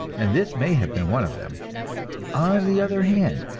and this may have been one of them on the other hand,